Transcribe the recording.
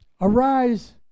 arise